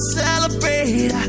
celebrate